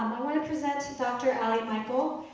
i wanna present dr. ali michael.